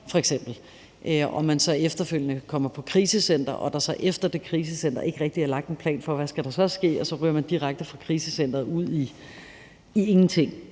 og man så efterfølgende kommer på krisecenter, og der så efter det krisecenter ikke rigtig er lagt en plan for, hvad der så skal ske, og så ryger man direkte fra krisecenteret ud i ingenting